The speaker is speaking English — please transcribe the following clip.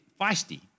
feisty